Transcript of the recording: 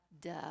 Duh